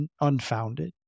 unfounded